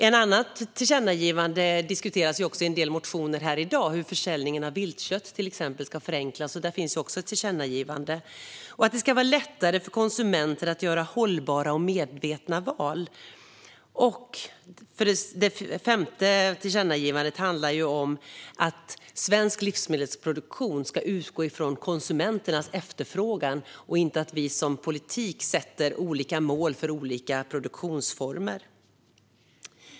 En annan fråga diskuteras i en del motioner här i dag, och den handlar om hur försäljningen av viltkött ska förenklas. Där finns också ett tillkännagivande. Det ska också vara lättare för konsumenter att göra hållbara och medvetna val. Det femte tillkännagivandet handlar om att svensk livsmedelsproduktion ska utgå från konsumenternas efterfrågan och inte från att vi i politiken sätter olika mål för olika produktionsformer.